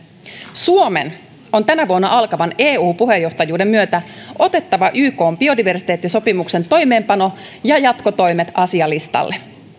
suomen on tänä vuonna alkavan eu puheenjohtajuuden myötä otettava ykn biodiversiteettisopimuksen toimeenpano ja jatkotoimet asialistalle